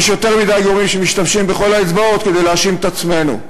יש יותר מדי יורים שמשתמשים בכל האצבעות כדי להאשים את עצמנו.